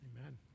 Amen